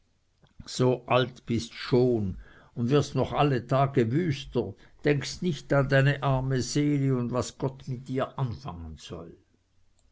so alt bist schon und wirst doch noch alle tage wüster denkst nicht an deine arme seele und was gott mit ihr anfangen soll